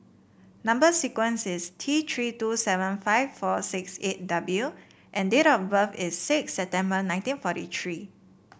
number sequence is T Three two seven five four six eight W and date of birth is six September nineteen forty three